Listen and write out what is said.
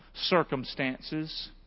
circumstances